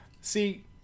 See